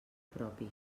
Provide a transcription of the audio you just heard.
propi